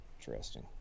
interesting